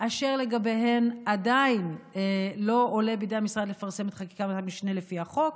אשר לגביהם עדיין לא עולה בידי המשרד לפרסם את חקיקת המשנה לפי החוק,